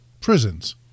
prisons